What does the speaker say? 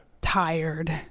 tired